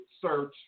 search